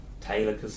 Taylor